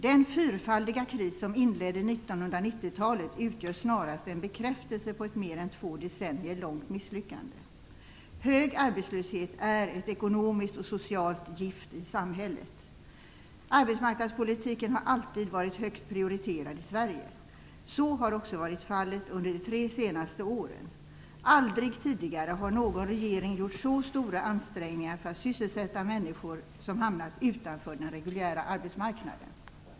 Den fyrfaldiga kris som inledde 1990-talet utgör snarast en bekräftelse på ett mer än två decennier långt misslyckande. Hög arbetslöshet är ett ekonomiskt och socialt gift i samhället. Arbetsmarknadspolitiken har alltid varit högt prioriterad i Sverige. Så har också varit fallet under de tre senaste åren. Aldrig tidigare har någon regering gjort så stora ansträngningar för att sysselsätta människor som hamnat utanför den reguljära arbetsmarknaden.